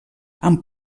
amb